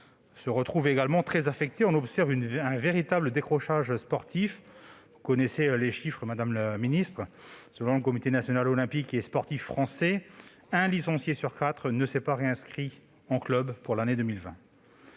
se retrouve également très affectée. On observe un véritable décrochage sportif. Vous connaissez les chiffres, madame la ministre : selon le Comité national olympique et sportif français, un licencié sur quatre ne s'est pas réinscrit en club pour l'année 2020.